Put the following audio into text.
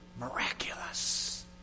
Miraculous